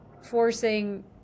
forcing